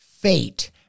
Fate